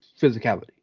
physicality